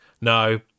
No